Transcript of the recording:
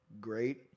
Great